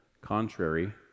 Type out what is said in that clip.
contrary